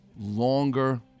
longer